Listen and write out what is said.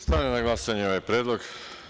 Stavljam na glasanje ovaj predlog.